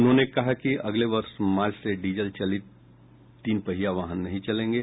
उन्होंने कहा कि अगले वर्ष मार्च से डीजल चालित तीन पहिया वाहन नहीं चलेंगे